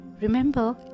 remember